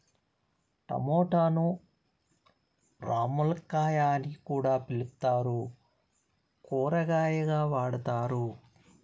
టమోటాను రామ్ములక్కాయ అని కూడా పిలుత్తారు, కూరగాయగా వాడతారు